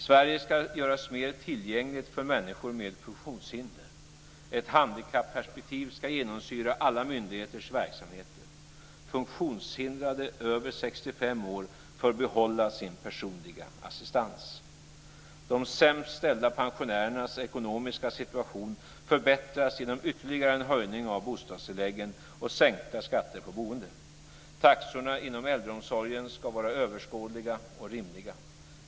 Sverige ska göras mer tillgängligt för människor med funktionshinder. Ett handikapperspektiv ska genomsyra alla myndigheters verksamheter. Funktionshindrade över 65 år får behålla sin personliga assistans. De sämst ställda pensionärernas ekonomiska situation förbättras genom ytterligare en höjning av bostadstilläggen och sänkta skatter på boende. Taxorna inom äldreomsorgen ska vara överskådliga och rimliga.